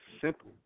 simple